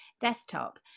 desktop